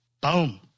Boom